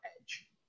edge